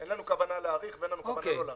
אין לנו כוונה להאריך ואין לנו כוונה לא להאריך.